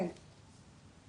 שלום.